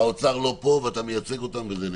האוצר לא פה, אתה מייצג אותם וזה נהדר.